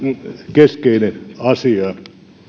keskeinen asia